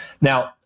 Now